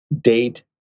date